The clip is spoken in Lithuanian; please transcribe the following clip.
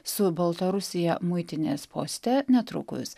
su baltarusija muitinės poste netrukus